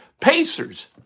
Pacers